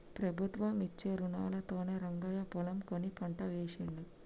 ప్రభుత్వం ఇచ్చే రుణాలతోనే రంగయ్య పొలం కొని పంట వేశిండు